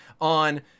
on